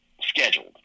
scheduled